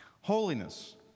holiness